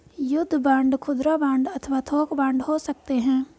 युद्ध बांड खुदरा बांड अथवा थोक बांड हो सकते हैं